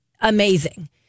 amazing